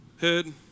Head